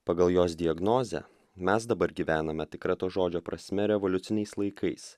pagal jos diagnozę mes dabar gyvename tikra to žodžio prasme revoliuciniais laikais